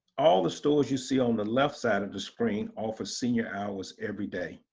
all the stores you see on the left side of the screen offer senior hours everyday.